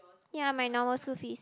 ya my normal school fees